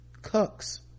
cucks